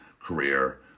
career